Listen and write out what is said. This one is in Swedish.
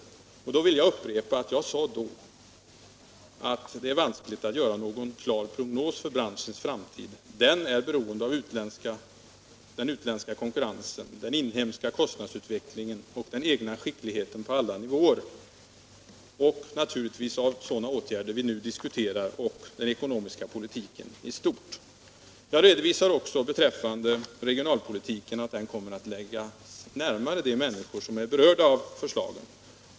Jag vill upprepa att jag sade då, att det är vanskligt att göra någon klar prognos för branschens framtid. Den är beroende av den utländska konkurrensen, den inhemska kostnadsutvecklingen och den egna skickligheten på alla nivåer — och naturligtvis av sådana åtgärder som vi nu diskuterar och av den ekonomiska politiken i stort. Jag redovisade också beträffande regionalpolitiken att den kommer att läggas närmare de människor som är berörda av förslagen.